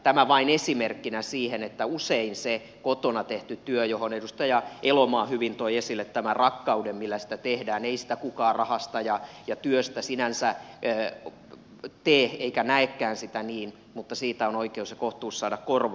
tämä vain esimerkkinä siihen että usein sitä kotona tehtyä työtä josta edustaja elomaa hyvin toi esille tämän rakkauden millä sitä tehdään ei kukaan rahasta ja työstä sinänsä tee eikä näekään sitä niin mutta siitä on oikeus ja kohtuus saada korvaus